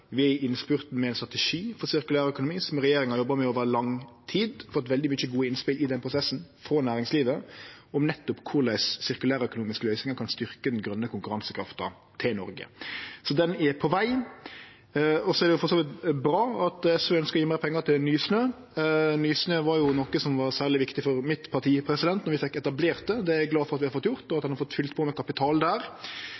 Vi er i innspurten med ein strategi for sirkulærøkonomi som regjeringa har jobba med over lang tid, og har fått veldig mange gode innspel i den prosessen frå næringslivet, nettopp om korleis sirkulærøkonomiske løysingar kan styrkje den grøne konkurransekrafta til Noreg. Den er på veg. Det er for så vidt bra at SV ønskjer å gje meir pengar til Nysnø. Nysnø var jo noko som var særleg viktig for mitt parti, då vi fekk etablert det. Det er eg glad for at vi har fått gjort, og at